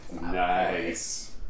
Nice